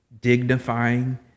dignifying